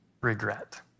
regret